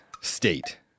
state